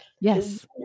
Yes